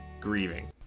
Grieving